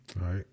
Right